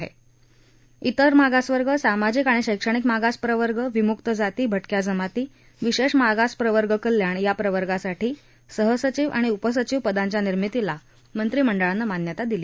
तिर मागासवर्ग सामाजिक आणि शैक्षणिक मागास प्रवर्ग विमुक जाती भटक्या जमाती विशेष मागास प्रवर्ग कल्याण या प्रवर्गासाठी सहसचिव आणि उपसचिव पदांच्या निर्मितीला मंत्रिमंडळानं मान्यता दिली